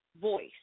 voice